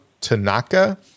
Tanaka